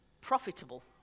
profitable